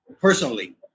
personally